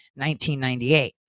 1998